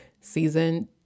season